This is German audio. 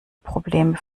probleme